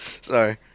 Sorry